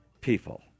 people